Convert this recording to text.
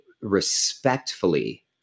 respectfully